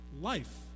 Life